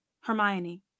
Hermione